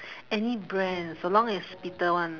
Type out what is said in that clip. any brand so long as bitter one